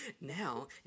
Now